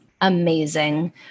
amazing